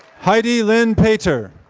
heidi lynn payter.